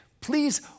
Please